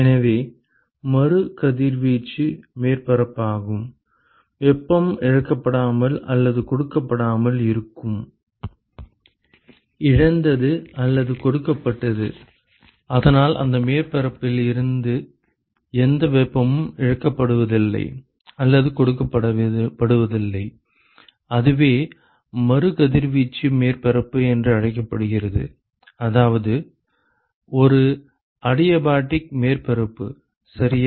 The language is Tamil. எனவே மறு கதிர்வீச்சு மேற்பரப்பாகும் வெப்பம் இழக்கப்படாமல் அல்லது கொடுக்கப்படாமல் இருக்கும் இழந்தது அல்லது கொடுக்கப்பட்டது அதனால் அந்த மேற்பரப்பில் இருந்து எந்த வெப்பமும் இழக்கப்படுவதில்லை அல்லது கொடுக்கப்படுவதில்லை அதுவே மறு கதிர்வீச்சு மேற்பரப்பு என்று அழைக்கப்படுகிறது அதாவது ஒரு அடிபயாடிக் மேற்பரப்பு சரியா